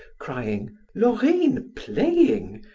crying laurine playing?